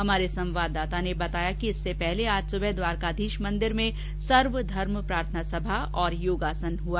हमारे संवाददाता ने बताया कि इससे पहले आज सुबह द्वारकाधीश मंदिर में सर्वधर्म प्रार्थना सभा और योगासन हुआ